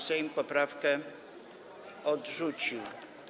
Sejm poprawkę odrzucił.